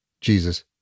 Jesus